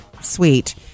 sweet